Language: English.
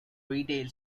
retail